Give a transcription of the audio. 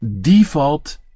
default